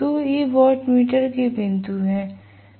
तो ये वाटमीटर के बिंदु हैं